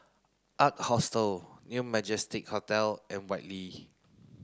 ark Hostel New Majestic Hotel and Whitley